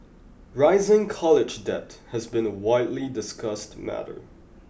rising college debt has been a widely discussed matter